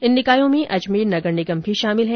इन निकायों में अजमेर नगर निगम भी शामिल हैं